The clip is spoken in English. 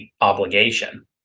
obligation